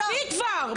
מספיק כבר,